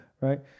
right